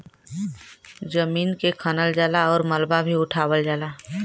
जमीन के खनल जाला आउर मलबा भी उठावल जाला